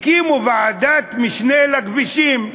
הקימו ועדת משנה לכבישים,